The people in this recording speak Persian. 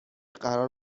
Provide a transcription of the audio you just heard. قرار